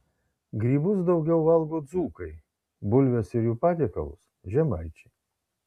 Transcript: grybus daugiau valgo dzūkai bulves ir jų patiekalus žemaičiai